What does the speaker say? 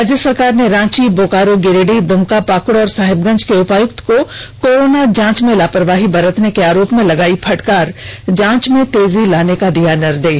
राज्य सरकार ने रांची बोकारो गिरिडीह दुमका पाकुड़ और साहिबगंज के उपायुक्त को कोरोना जांच में लापरवाही बरतने के आरोप में लगायी फटकार जांच में तेजी लाने का दिया निर्देष